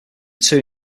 too